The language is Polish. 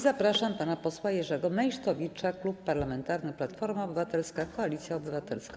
Zapraszam pana posła Jerzego Meysztowicza, Klub Parlamentarny Platforma Obywatelska - Koalicja Obywatelska.